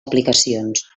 aplicacions